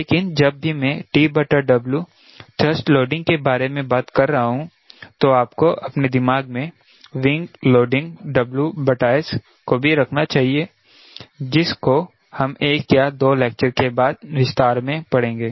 लेकिन जब भी मैं TW थ्रस्ट लोडिंग के बारे में बात कर रहा हूं तो आपको अपने दिमाग में विंग लोडिंग WS को भी रखना चाहिए जिसको हम एक या दो लेक्चर के बाद विस्तार में पड़ेंगे